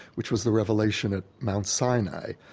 which was the revelation at mt. sinai.